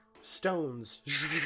stones